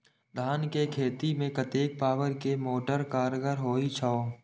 धान के खेती में कतेक पावर के मोटर कारगर होई छै?